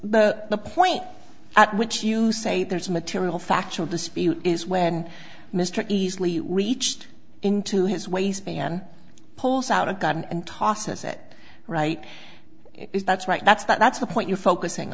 but the point at which you say there is material factual dispute is when mr easily reached into his waistband pulls out a gun and tosses it right is that's right that's that's the point you're focusing